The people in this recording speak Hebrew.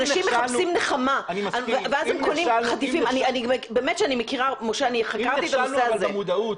האנשים שיש להם כסף לא קונים את זה כי יש להם מודעות.